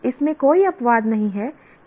इसमें कोई अपवाद नहीं है कि उसका चयन किया गया है